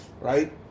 right